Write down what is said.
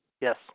Yes